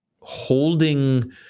holding